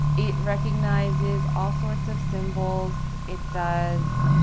it recognizes all sorts of symbols. it does,